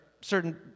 certain